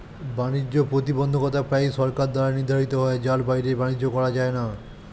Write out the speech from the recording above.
বাণিজ্য প্রতিবন্ধকতা প্রায়ই সরকার দ্বারা নির্ধারিত হয় যার বাইরে বাণিজ্য করা যায় না